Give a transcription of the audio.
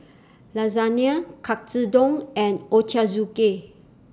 Lasagne Katsudon and Ochazuke